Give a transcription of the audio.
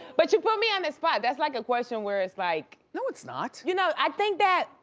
but you put me on the spot. that's like a question where it's like no it's not. you know, i think that,